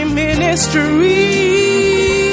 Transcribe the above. ministry